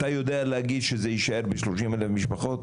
אתה יודע להגיד שזה יישאר ב-30 אלף משפחות?